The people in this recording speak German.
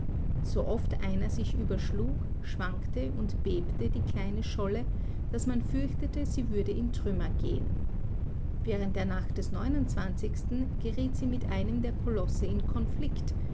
so oft einer sich überschlug schwankte und bebte die kleine scholle daß man fürchtete sie würde in trümmer gehen während der nacht des geriet sie mit einem der kolosse in konflikt